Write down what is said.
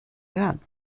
hören